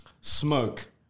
smoke